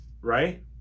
right